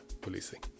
policing